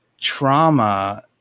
trauma